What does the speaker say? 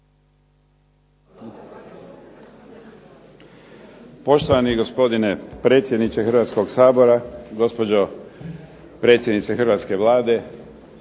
Poštovani gospodine predsjedniče Hrvatskoga sabora, gospođo predsjednice Hrvatske Vlade,